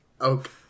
Okay